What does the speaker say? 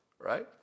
right